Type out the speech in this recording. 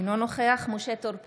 אינו נוכח משה טור פז,